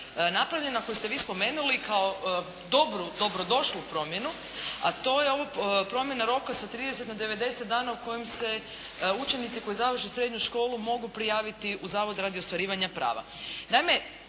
napravljena, koju ste vi spomenuli kao dobrodošlu promjenu, a to je ova promjena roka sa 30 na 90 dana u kojem se učenici koji završe srednju školu mogu prijaviti u zavod radi ostvarivanja prava.